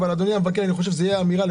מיקור החוץ הוא בעיקר לדברים